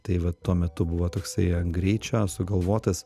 tai va tuo metu buvo toksai ant greičio sugalvotas